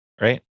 right